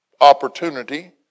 opportunity